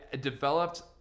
developed